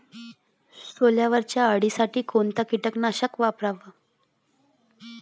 सोल्यावरच्या अळीसाठी कोनतं कीटकनाशक वापराव?